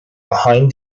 behind